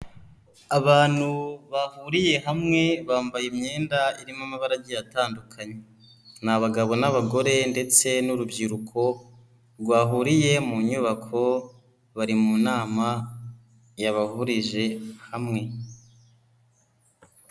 Abantu bahuriye hamwe bambaye imyenda irimo amabara agiye atandukanye, ni abagabo n'abagore ndetse n'urubyiruko rwahuriye mu nyubako, bari mu nama yabahurije hamwe.